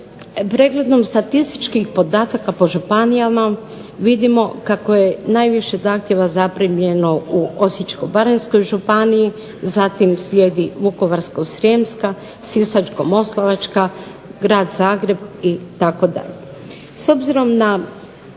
Pregledom statističkih podataka po županijama vidimo kako je najviše zahtjeva zaprimljeno u Osječko-baranjskoj županiji, zatim slijedi Vukovarsko-srijemska, Sisačko-moslavačka, Grad Zagreb itd.